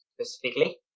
Specifically